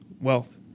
Wealth